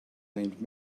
named